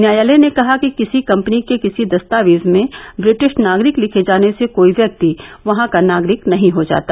न्यायालय ने कहा कि किसी कम्पनी के किसी दस्तावेज में ब्रिटिश नागरिक लिखे जाने से कोई व्यक्ति वहां का नागरिक नहीं हो जाता